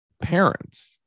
parents